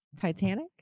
Titanic